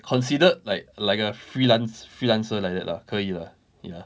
considered like like a freelance freelancer like that lah 可以 lah ya